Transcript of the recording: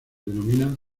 denominan